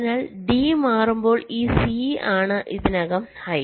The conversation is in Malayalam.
അതിനാൽ D മാറുമ്പോൾ ഈ C ആണ് ഇതിനകം ഹൈ